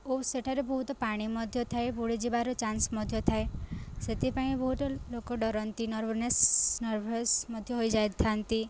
ଓ ସେଠାରେ ବହୁତ ପାଣି ମଧ୍ୟ ଥାଏ ବୁଡ଼ି ଯିବାର ଚାନ୍ସ ମଧ୍ୟ ଥାଏ ସେଥିପାଇଁ ବହୁତ ଲୋକ ଡରନ୍ତି ନର୍ଭନେସ୍ ନର୍ଭସ ମଧ୍ୟ ହୋଇଯାଇଥାନ୍ତି